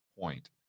point